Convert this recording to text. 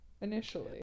Initially